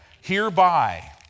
Hereby